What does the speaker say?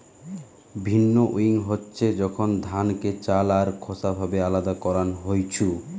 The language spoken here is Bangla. ভিন্নউইং হচ্ছে যখন ধানকে চাল আর খোসা ভাবে আলদা করান হইছু